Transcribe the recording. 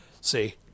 See